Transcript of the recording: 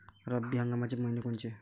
रब्बी हंगामाचे मइने कोनचे?